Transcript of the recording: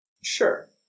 Sure